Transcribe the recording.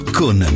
con